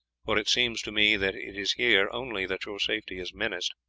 for it seems to me that it is here only that your safety is menaced.